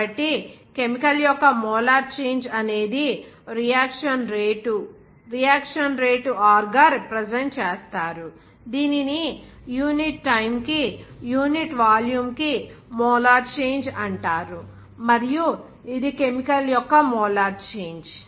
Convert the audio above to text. కాబట్టి కెమికల్ యొక్క molar change అనేది reaction rate reaction rate r గా రిప్రజెంట్ చేస్తారు దీనిని యూనిట్ టైమ్ కియూనిట్ వాల్యూమ్ కి మోలార్ చేంజ్ అంటారు మరియు ఇది కెమికల్ యొక్క మోలార్ చేంజ్